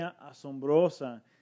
asombrosa